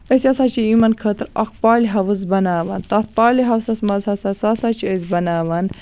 أسۍ ہسا چھِ یِمن خٲطرٕ اَکھ پالہِ ہاوُس بَناوان تَتھ پالہِ ہاوسَس منٛز ہسا سُہ ہسا چھِ أسۍ بناوان